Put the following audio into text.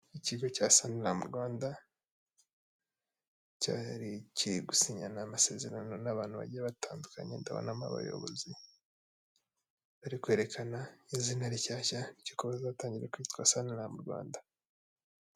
Ikigo cya saniramu Rwanda, cyari kiri gusinyana amasezerano n'abantu bagiye batandukanye, ndabonamo abayobozi bari kwerekana izina rishyashya ryuko bazatangira kwitwa saniramu Rwanda.